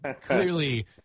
Clearly